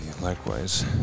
likewise